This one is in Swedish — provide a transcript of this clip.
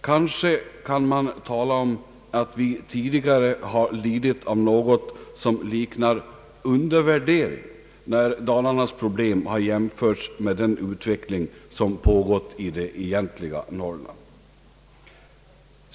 Kanske kan man tala om att vi tidigare har lidit av något som liknar ”undervärdering” när Dalarnas problem har jämförts med den utveckling som pågått i det egentliga Norrland.